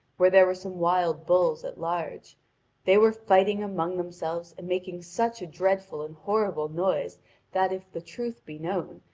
where there were some wild bulls at large they were fighting among themselves and making such a dreadful and horrible noise that if the truth be known,